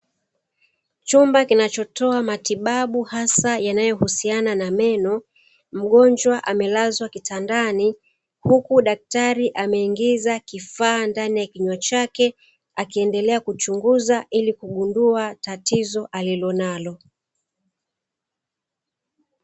Chumba kinachotoa matibabu hasa yanayohusiana na meno mgonjwa amelazwa kitandani huku daktari ameingiza kifaa ndani ya kinywa chake akiendelea kuchunguza ili kugundua tatizo alilonalo.